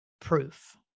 proof